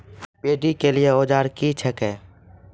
Paddy के लिए औजार क्या हैं?